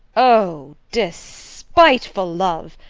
o despiteful love!